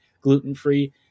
gluten-free